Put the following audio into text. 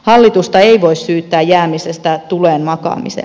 hallitusta ei voi syyttää jäämisestä tuleen makaamaan